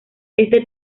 este